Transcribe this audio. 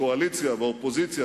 הקואליציה והאופוזיציה,